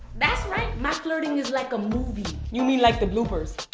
that's right! my flirting is like a movie. you mean like the bloopers?